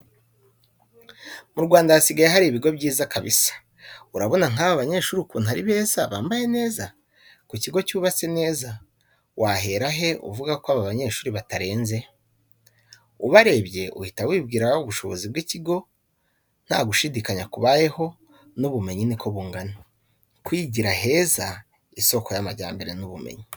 Mu Rwanda hasigaye hari ibigo byiza kabisa, urabona nk'aba banyeshuri ukuntu ari beza bambaye neza, ku kigo cyubatse neza, wahera he uvuga ko aba banyeshuri batarenze? Ubarebye uhita wibwira ubushobozi bw'iki kigo ntagushidikanya kubayeho, n'ubumenyi niko bungana. Kwigira heza, isoko y'amajyambere n'ubumenyi.